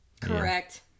correct